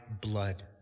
blood